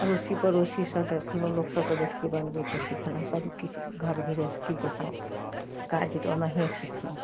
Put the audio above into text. अड़ोसी पड़ोसीसँ देखलहुँ लोकसभके देखिए बनबैत तऽ सिखलहुँ सबकिछु घर गिरहस्थीके समान काज तऽ ओनाहिए सिखलहुँ